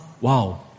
wow